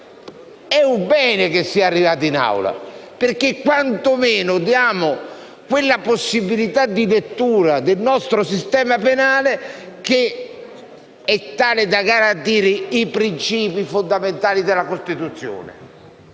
provvedimento sia arrivato in Aula, perché quantomeno diamo quella possibilità di lettura del nostro sistema penale tale da garantire i principi fondamentali della Costituzione.